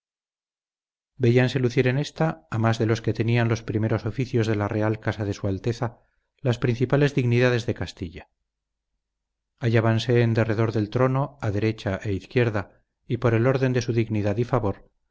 veíanse lucir en ésta a más de los que tenían los primeros oficios de la real casa de su alteza las principales dignidades de castilla hallábanse en derredor del trono a derecha e izquierda y por el orden de su dignidad y favor